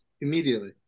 Immediately